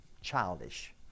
childish